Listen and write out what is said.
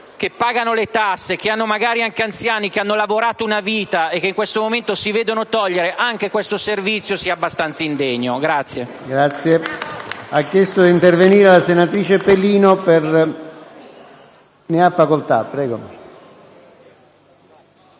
che pagano le tasse, magari anziani che hanno lavorato una vita e che in questo momento si vedono togliere anche questo servizio, siano abbastanza indegni.